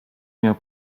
miał